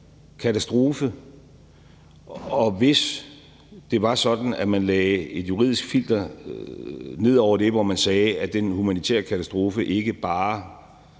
katastrofe, og hvis det var sådan, at man lagde et juridisk filter ned over det, hvor man sagde, at den humanitære katastrofe ikke bare